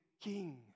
King